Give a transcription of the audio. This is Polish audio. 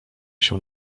się